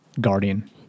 guardian